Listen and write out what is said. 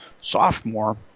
sophomore